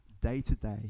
day-to-day